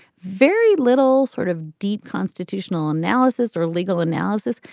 very little sort of deep constitutional analysis or legal analysis,